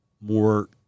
more